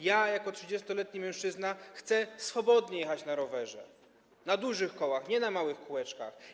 Jako 30-letni mężczyzna chcę swobodnie jechać na rowerze, na dużych kołach, nie na małych kółeczkach.